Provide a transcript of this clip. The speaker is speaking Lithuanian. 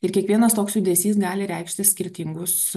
ir kiekvienas toks judesys gali reikšti skirtingus